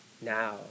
now